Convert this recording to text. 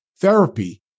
Therapy